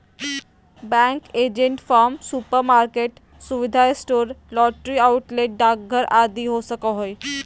bank agent farm, supermarket, सुविधा store, lottery outlet, डाकघर आदि हो सको हइ